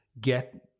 get